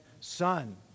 Son